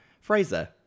fraser